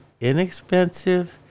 inexpensive